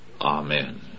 Amen